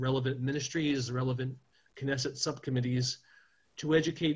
לגיטימית לבין גזענות אנטי יהודית.